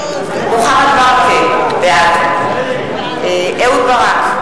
מוחמד ברכה, בעד אהוד ברק,